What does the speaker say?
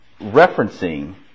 referencing